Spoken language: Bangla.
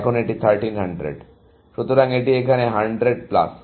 সুতরাং এটি এখানে 100 প্লাস